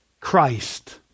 Christ